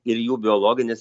ir jų biologinis